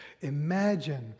Imagine